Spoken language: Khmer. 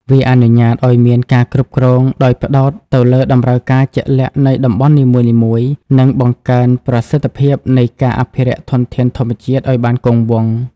វាអនុញ្ញាតឱ្យមានការគ្រប់គ្រងដោយផ្តោតទៅលើតម្រូវការជាក់លាក់នៃតំបន់នីមួយៗ និងបង្កើនប្រសិទ្ធភាពនៃការអភិរក្សធនធានធម្មជាតិឱ្យបានគង់វង្ស។